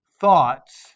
thoughts